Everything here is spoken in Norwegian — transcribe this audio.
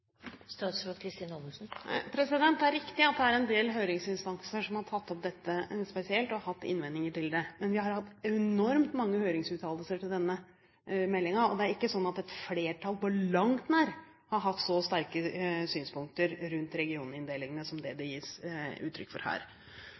Det er riktig at det er en del høringsinstanser som har tatt opp dette spesielt og har hatt innvendinger til det. Men vi har hatt enormt mange høringsuttalelser til denne meldingen, og det er ikke sånn at et flertall – på langt nær – har hatt så sterke synspunkter rundt regioninndelingene som det som det